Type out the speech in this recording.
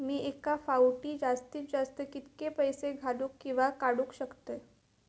मी एका फाउटी जास्तीत जास्त कितके पैसे घालूक किवा काडूक शकतय?